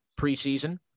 preseason